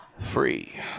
free